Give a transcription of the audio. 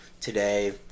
today